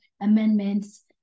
amendments